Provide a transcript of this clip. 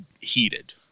heated